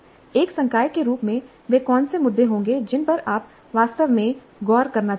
एक संकाय के रूप में वे कौन से मुद्दे होंगे जिन पर आप वास्तव में गौर करना चाहते हैं